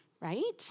right